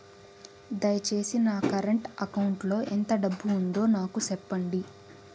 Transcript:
దయచేసి నా current account లో ఎంత డబ్బు ఉందో నాకు సెప్పండి